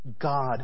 God